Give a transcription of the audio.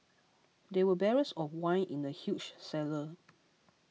there were barrels of wine in the huge cellar